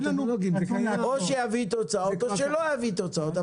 או שיביא תוצאות או שלא יביא תוצאות.